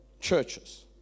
churches